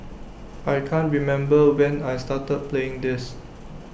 I can't remember when I started playing this